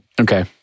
Okay